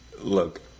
Look